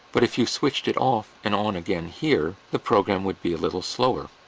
but if you switched it off and on again here, the program would be a little slower.